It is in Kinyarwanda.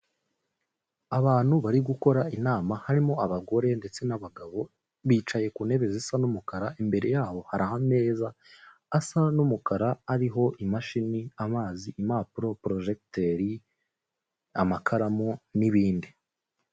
Abantu bari gukora inama, harimo abagore ndetse n'abagabo, bicaye ku ntebe zisa n'umukara, imbere y'aho hari ameza asa n'umukara ariho imashini, amazi, impapuro, porojekiteri, amakaramu, n'ibindi.